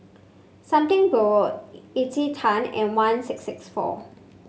Something Borrowed Encik Tan and one six six four